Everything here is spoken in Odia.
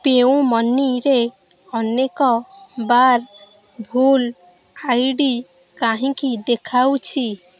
ପେୟୁମନିରେ ଅନେକ ବାର ଭୁଲ ଆଇ ଡି କାହିଁକି ଦେଖାଉଛି